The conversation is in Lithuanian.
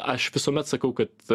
aš visuomet sakau kad